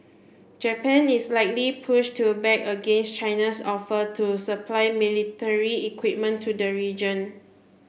Japan is likely push to back against China's offer to supply military equipment to the region